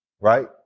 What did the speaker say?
right